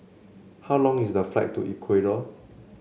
how long is the flight to Ecuador